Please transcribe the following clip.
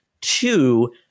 Two